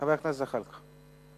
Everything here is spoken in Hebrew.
חבר הכנסת ג'מאל זחאלקה.